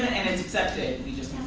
and it's accepted. we just